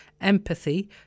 Empathy